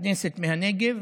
לכנסת מהנגב,